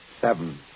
seven